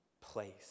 place